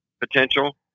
potential